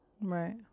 Right